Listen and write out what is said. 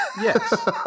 Yes